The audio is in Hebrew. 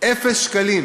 אפס שקלים,